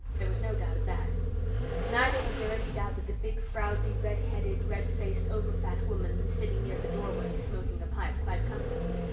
there was no doubt of that neither was there any doubt that the big, frowzy, red-headed, red-faced, over-fat woman sitting near the door-way, smoking a pipe quite comfortably,